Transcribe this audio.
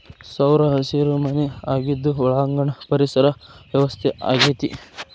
ಸೌರಹಸಿರು ಮನೆ ಆಗಿದ್ದು ಒಳಾಂಗಣ ಪರಿಸರ ವ್ಯವಸ್ಥೆ ಆಗೆತಿ